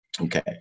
Okay